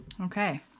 okay